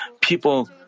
people